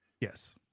yes